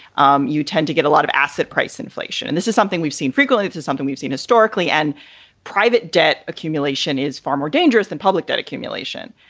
um you tend to get a lot of asset price inflation. and this is something we've seen frequently. this is something we've seen historically. and private debt accumulation is far more dangerous than public debt accumulation.